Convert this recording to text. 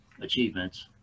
achievements